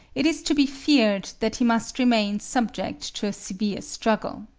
it is to be feared that he must remain subject to a severe struggle.